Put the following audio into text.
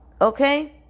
okay